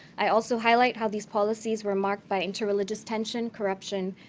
i also highlight how these policies were marked by interreligious tension, corruption,